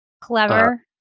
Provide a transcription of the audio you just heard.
Clever